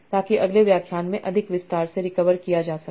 ताकि अगले व्याख्यान में अधिक विस्तार से रिकवर किया जा सके